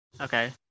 Okay